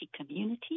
community